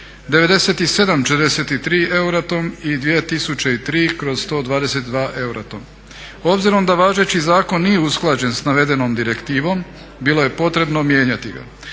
Euratom i 2003/122 Euratom. Obzirom da važeći zakon nije usklađen sa navedenom direktivom bilo je potrebno mijenjati ga.